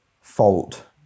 fault